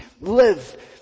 live